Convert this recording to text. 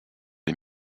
les